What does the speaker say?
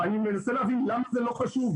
אני מנסה להבין למה זה לא חשוב.